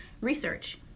research